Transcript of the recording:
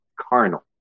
carnal